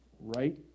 right